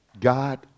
God